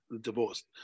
divorced